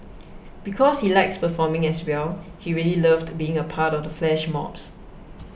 because he likes performing as well he really loved being a part of the flash mobs